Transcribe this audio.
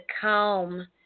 calm